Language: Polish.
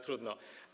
Trudno.